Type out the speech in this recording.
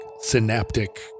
synaptic